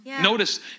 Notice